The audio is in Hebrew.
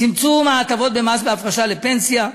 צמצום ההטבות במס בהפרשה לפנסיה,